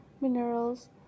minerals